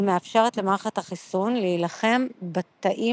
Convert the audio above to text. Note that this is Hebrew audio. היא מאפשרת למערכת החיסון להילחם בתאים